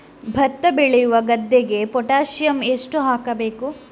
ಭತ್ತ ಬೆಳೆಯುವ ಗದ್ದೆಗೆ ಪೊಟ್ಯಾಸಿಯಂ ಎಷ್ಟು ಹಾಕಬೇಕು?